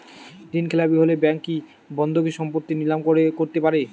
ঋণখেলাপি হলে ব্যাঙ্ক কি বন্ধকি সম্পত্তি নিলাম করতে পারে?